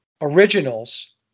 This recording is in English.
originals